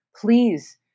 Please